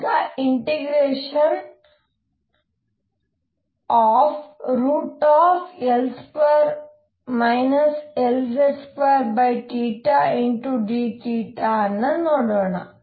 ಈಗ ∫√L2 Lz2 dθ ಅನ್ನು ನೋಡೋಣ